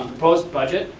um proposed budget.